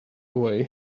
away